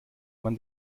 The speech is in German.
man